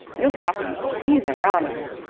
you'll drop him. he's a wrong un.